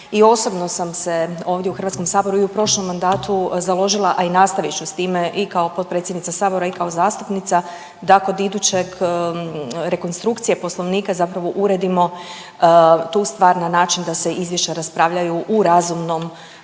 I osobno sam se ovdje u HS-u i u prošlom mandatu založila, a i nastavit ću s time i kao potpredsjednica sabora i kao zastupnica da kod idućeg rekonstrukcije poslovnika zapravo uredimo tu stvar na način da se izvješća raspravljaju u razumnom